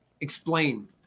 explain